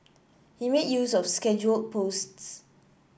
he made use of scheduled posts